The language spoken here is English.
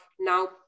now